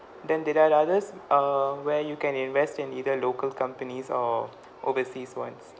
then there are others err where you can invest in either local companies or overseas ones